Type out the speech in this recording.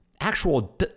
actual